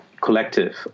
collective